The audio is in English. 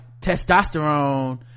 testosterone